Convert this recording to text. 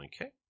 Okay